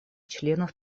членов